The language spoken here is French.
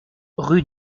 rue